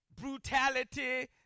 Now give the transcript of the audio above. brutality